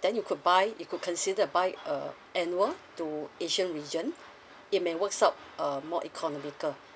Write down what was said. then you could buy you could consider to buy uh annual to asian region it may works out uh more economical